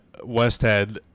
Westhead